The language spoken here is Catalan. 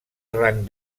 rang